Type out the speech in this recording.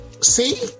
see